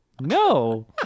No